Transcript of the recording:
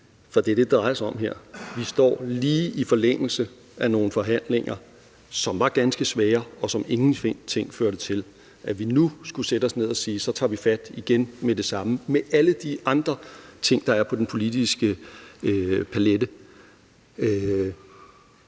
for det er det, det drejer sig om her. Vi står lige i forlængelse af nogle forhandlinger, som var ganske svære, og som ingenting førte til. At vi nu skulle sætte os ned og sige, at nu tager vi fat igen med det samme, med alle de andre ting, der er på den politiske palet,